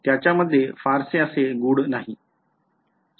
त्याच्या मध्ये फारसे असे गूढ नाही